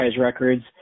records